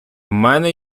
мене